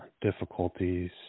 difficulties